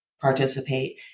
participate